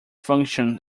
function